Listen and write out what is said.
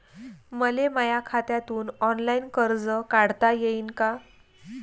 मले माया खात्यातून ऑनलाईन कर्ज काढता येईन का?